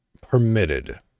permitted